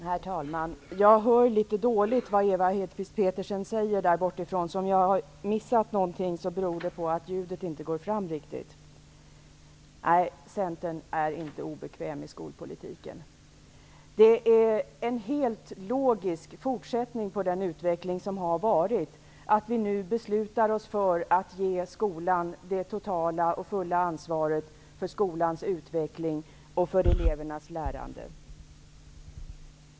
Herr talman! Jag hörde litet dåligt vad Ewa Hedkvist Petersen sade där bortifrån, så om jag har missat någonting beror det på att ljudet inte går fram riktigt. Centern är inte obekväm i skolpolitiken. Att vi nu beslutat ge skolan det totala och fulla ansvaret för skolans utveckling och elevernas lärande är en helt logisk fortsättning på den utveckling som har varit.